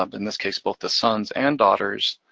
ah but in this case, both the sons and daughters.